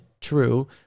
true